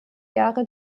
jahre